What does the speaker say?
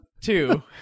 Two